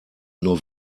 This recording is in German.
nur